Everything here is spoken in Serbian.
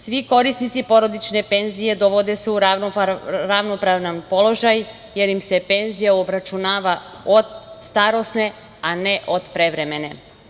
Svi korisnici porodične penzije, dovode se u ravnopravan položaj, jer im se penzija obračunava od starosne, a ne prevremene.